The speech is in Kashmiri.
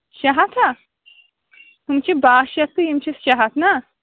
شےٚ ہَتھ ہا ہُم چھِ بَہہ شَتھ تہٕ یِم چھِس شےٚ ہَتھ نہ